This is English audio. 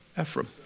Ephraim